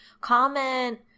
comment